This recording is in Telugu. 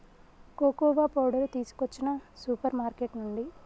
కోకోవా పౌడరు తీసుకొచ్చిన సూపర్ మార్కెట్ నుండి